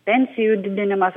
pensijų didinimas